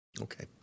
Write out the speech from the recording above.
Okay